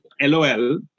LOL